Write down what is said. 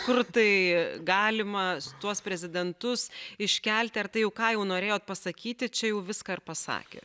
kur tai galima tuos prezidentus iškelti ar tai ką jau norėjot pasakyti čia jau viską ir pasakėt